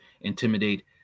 intimidate